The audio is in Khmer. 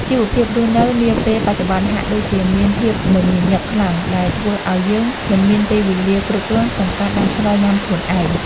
ជីវភាពរស់នៅនាពេលបច្ចុប្បន្នហាក់ដូចជាមានភាពមមាញឹកខ្លាំងដែលធ្វើឱ្យយើងមិនមានពេលវេលាគ្រប់គ្រាន់ក្នុងការដាំស្លញ៉ាំខ្លួនឯង។